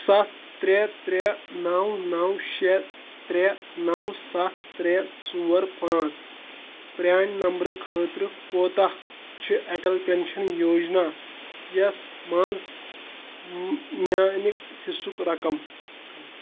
سَتھ ترٛےٚ ترٛےٚ نَو نَو شےٚ ترٛےٚ نَو سَتھ ترٛےٚ ژور پانٛژھ پرٛانہِ نمبرٕ خٲطرٕ کوتاہ چھُ اَٹل پؠنشن یوجنا یَس مَنٛز میٛانہِ حِصُک رقم